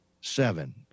Seven